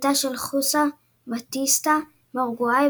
של חוסה בטיסטה מאורוגוואי,